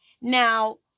Now